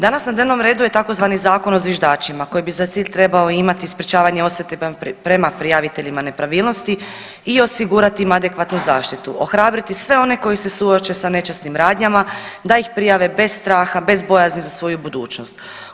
Danas na dnevnom redu je tzv. Zakon o zviždačima koji bi za cilj trebao imati sprječavanje osvete prema prijaviteljima nepravilnosti i osigurati im adekvatnu zaštitu, ohrabriti sve one koji se suoče sa nečasnim radnjama da ih prijave bez straha i bez bojazni za svoju budućnost.